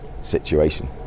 situation